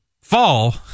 fall